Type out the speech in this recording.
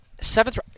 seventh